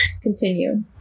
continue